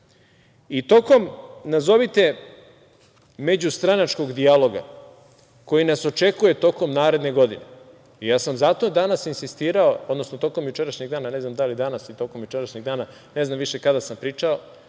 Tokom nazovite međustranačkog dijaloga koji nas očekuje tokom naredne godine, ja sam zato danas insistirao, odnosno tokom jučerašnjeg dana, ne znam da li danas ili tokom jučerašnjeg dana, ne znam više kada sam pričao,